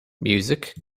music